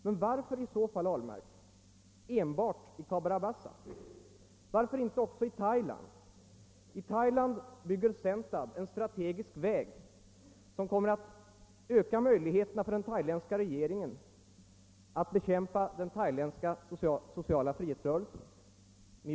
Men varför i så fall, herr Ahlmark, enbart i Cabora Bassa? Varför inte också i Thailand? I Thailand bygger nämligen Sentab en strategisk väg, som kommer att öka den thailändska regeringens möjligheter att med USA:s stöd bekämpa den thailändska sociala frihetsrörelsen.